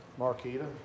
Marquita